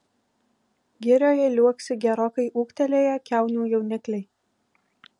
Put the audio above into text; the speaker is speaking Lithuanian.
girioje liuoksi gerokai ūgtelėję kiaunių jaunikliai